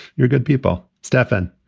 you're good people. stefan,